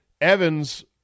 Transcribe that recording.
Evans